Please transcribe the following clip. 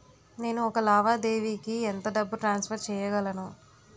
నేను ఒక లావాదేవీకి ఎంత డబ్బు ట్రాన్సఫర్ చేయగలను?